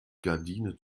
gardinen